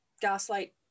gaslight